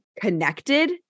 connected